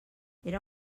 era